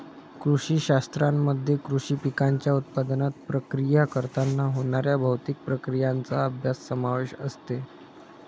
कृषी शास्त्रामध्ये कृषी पिकांच्या उत्पादनात, प्रक्रिया करताना होणाऱ्या भौतिक प्रक्रियांचा अभ्यास समावेश असते